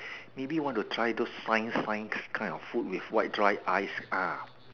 maybe want to try those science science kind of food with white dry ice ah